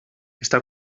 està